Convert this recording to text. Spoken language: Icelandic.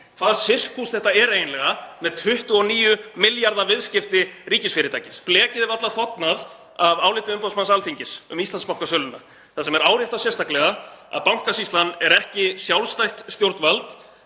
hvaða sirkus þetta er eiginlega með 29 milljarða viðskipti ríkisfyrirtækis. Blekið er varla þornað á áliti umboðsmanns Alþingis um Íslandsbankasöluna þar sem er áréttað sérstaklega að Bankasýslan er ekki sjálfstætt stjórnvald